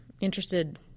interested